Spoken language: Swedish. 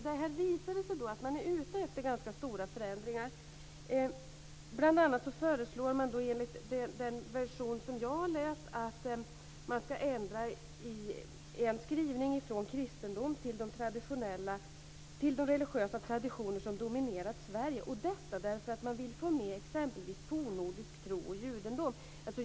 Det visar sig att man är ute efter ganska stora förändringar. Bl.a. föreslås, enligt den version som jag har läst, i en skrivning att man ska ändra från "kristendom" till "de religiösa traditioner som dominerat Sverige"; detta därför att man vill få med exempelvis fornnordisk tro och judendom.